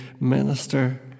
minister